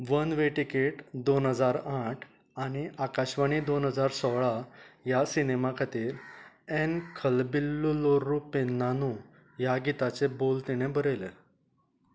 one way ticket दोन हजार आठ आनी आकाशवाणी दोन हजार सोळा ह्या सिनेमा खातीर एन खलबिल्लुलोरू पेन्नानू ह्या गिताचे बोल तिणे बरयल्यात